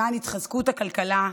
למען התחזקות הכלכלה,